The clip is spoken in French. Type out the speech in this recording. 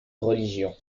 religion